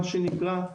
מה שנקרא,